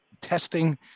testing